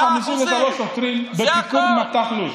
153 שוטרים בפיקוד מת"ח לוד,